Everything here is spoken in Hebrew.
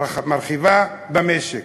מרחיבה במשק,